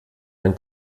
ein